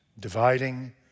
dividing